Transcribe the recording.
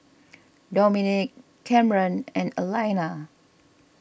Dominick Kamren and Alayna